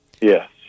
Yes